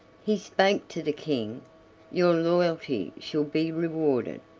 he spake to the king your loyalty shall be rewarded,